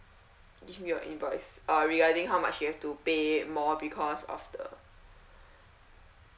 give me your invoice uh regarding how much you have to pay more because of the